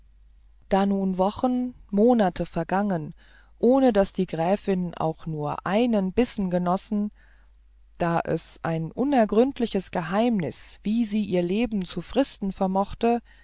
da nun wochen monate vergangen ohne daß die gräfin auch nur einen bissen genossen da es ein unergründliches geheimnis wie sie ihr leben zu fristen vermochte